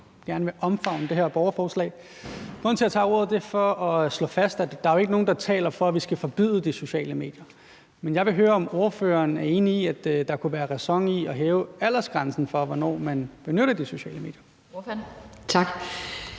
også gerne vil omfavne det her borgerforslag. Grunden til, at jeg tager ordet, er, at jeg vil slå fast, at der jo ikke er nogen, der taler for, at vi skal forbyde de sociale medier. Men jeg vil høre, om ordføreren er enig i, at der kunne være ræson i at hæve aldersgrænsen for, hvornår man benytter de sociale medier.